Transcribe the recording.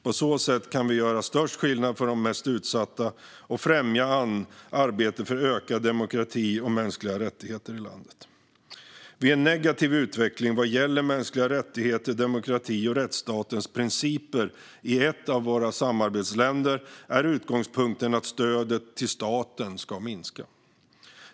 På så sätt kan vi göra störst skillnad för de mest utsatta och främja arbetet för ökad demokrati och mänskliga rättigheter i landet. Vid en negativ utveckling vad gäller mänskliga rättigheter, demokrati och rättsstatens principer i ett av våra samarbetsländer är utgångspunkten att stödet till staten ska minska.